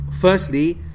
Firstly